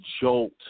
jolt